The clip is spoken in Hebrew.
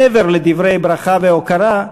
מעבר לדברי ברכה והוקרה,